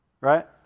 right